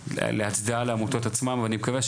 הצדעה לעמותות עצמם ואני מקווה,